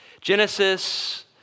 Genesis